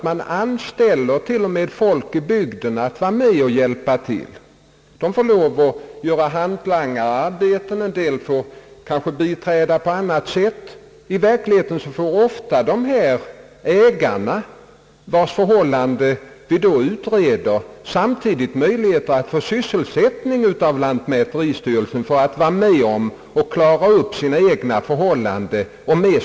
Man anställer till och med folk i bygden för hantlangararbeten och medverkan på annat sätt. I verkligheten får ofta de ägare, vilkas förhållanden man utreder, tillfälle till sysselsättning för lantmäteristyrelsen, de får med statsbidrag hjälpa till att klara upp sina egna förhållanden.